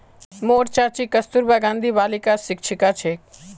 मोर चाची कस्तूरबा गांधी बालिकात शिक्षिका छेक